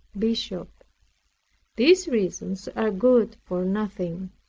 bishop these reasons are good for nothing.